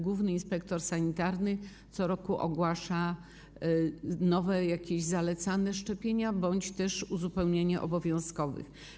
Główny inspektor sanitarny co roku ogłasza jakieś nowe zalecane szczepienia bądź też uzupełnienie obowiązkowych.